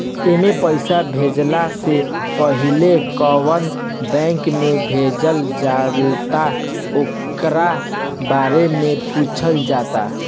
एमे पईसा भेजला से पहिले कवना बैंक में भेजल जाता ओकरा बारे में पूछल जाता